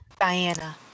Diana